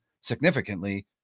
significantly